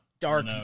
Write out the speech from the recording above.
Dark